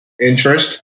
Interest